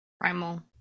primal